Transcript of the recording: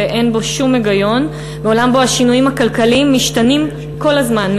ואין בו שום היגיון בעולם שבו השינויים הכלכליים קורים כל הזמן,